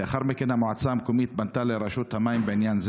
לאחר מכן המועצה המקומית פנתה לרשות המים בעניין.